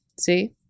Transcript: see